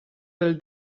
del